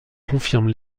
confirme